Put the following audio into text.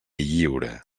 lliure